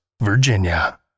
Virginia